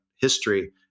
history